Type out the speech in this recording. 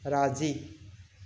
राज़ी